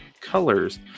colors